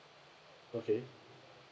okay